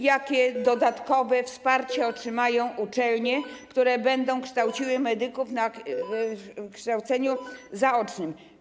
Jakie dodatkowe wsparcie otrzymają uczelnie, które będą kształciły medyków w ramach kształcenia zaocznego?